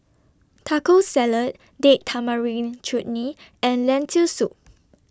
Taco Salad Date Tamarind Chutney and Lentil Soup